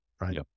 Right